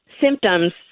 symptoms